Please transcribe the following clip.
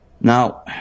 Now